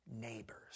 neighbors